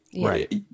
Right